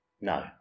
No